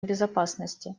безопасности